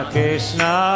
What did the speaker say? Krishna